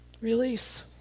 Release